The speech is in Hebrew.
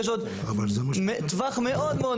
אנחנו חושבים שיש עוד טווח מאוד מאוד